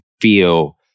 feel